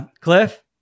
cliff